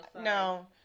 No